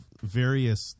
various